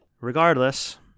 Regardless